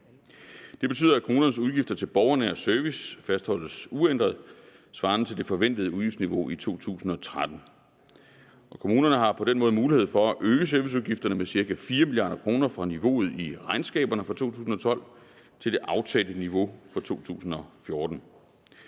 Det betyder, at kommunernes udgifter til borgernær service fastholdes uændret svarende til det forventede udgiftsniveau i 2013. Kommunerne har på den måde mulighed for at øge serviceudgifterne med ca. 4 mia. kr. fra niveauet i regnskaberne for 2012 til det aftalte niveau for 2014.